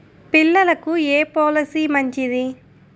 పిల్లలకు ఏ పొలసీ మంచిది?